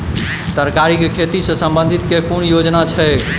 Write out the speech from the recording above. तरकारी केँ खेती सऽ संबंधित केँ कुन योजना छैक?